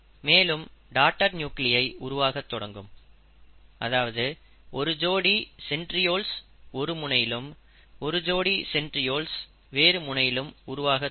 மேலும் டாடர் நியூகிளியை உருவாகத் தொடங்கும் அதாவது ஒரு ஜோடி சென்ட்ரியோல்ஸ் ஒரு முனையிலும் ஒரு ஜோடி சென்ட்ரியோல்ஸ் வேறு முனையிலும் உருவாகத் தொடங்கும்